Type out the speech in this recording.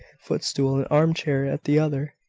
footstool and armchair, at the other.